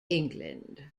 england